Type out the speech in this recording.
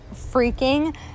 freaking